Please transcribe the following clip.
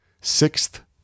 Sixth